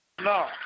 No